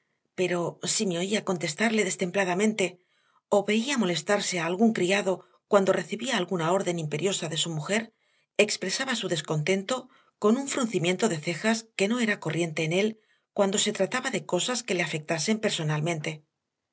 pero si me oía contestarle destempladamente o veía molestarse a algún criado cuando recibía alguna orden imperiosa de su mujer expresaba su descontento con un fruncimiento de cejas que no era corriente en él cuando se trataba de cosas que le afectasen personalmente